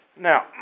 now